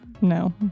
No